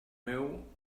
meu